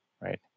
right